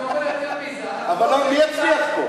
אני אומר יותר מזה, אבל מי יצליח פה?